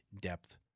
depth